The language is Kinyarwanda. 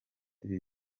ibi